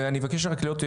אני אבקש רק להיות,